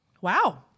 Wow